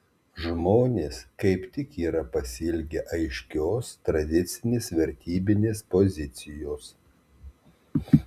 žmonės kaip tik yra pasiilgę aiškios tradicinės vertybinės pozicijos